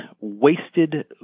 wasted